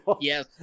Yes